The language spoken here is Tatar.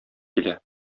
килә